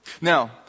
Now